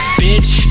bitch